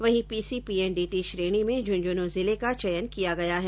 वहीं पीसीपीएनडीटी श्रेणी में झुंझुनूं जिले का चयन किया गया है